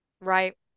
Right